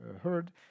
heard